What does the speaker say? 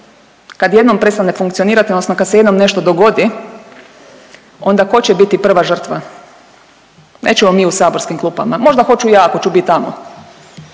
Kada jednom prestane funkcionirati odnosno kada se jednom nešto dogodi onda tko će biti prva žrtva? Nećemo mi u saborskim klupama. Možda hoću ja ako ću biti tamo?